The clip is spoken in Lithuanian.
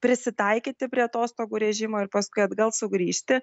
prisitaikyti prie atostogų režimo ir paskui atgal sugrįžti